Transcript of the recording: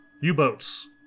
U-boats